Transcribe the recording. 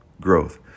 growth